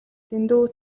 дэндүү